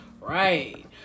Right